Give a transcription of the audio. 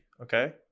Okay